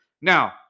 Now